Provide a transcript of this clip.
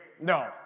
no